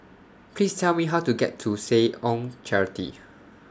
Please Tell Me How to get to Seh Ong Charity